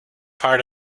part